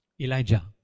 Elijah